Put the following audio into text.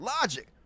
logic